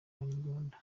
abanyarwanda